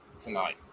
tonight